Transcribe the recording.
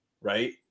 right